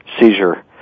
seizure